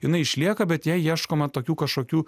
jinai išlieka bet jai ieškoma tokių kažkokių